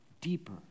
deeper